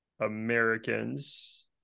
americans